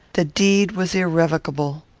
the deed was irrevocable.